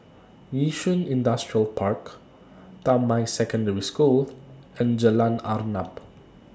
Yishun Industrial Park Damai Secondary School and Jalan Arnap